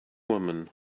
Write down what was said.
woman